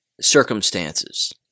circumstances